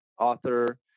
author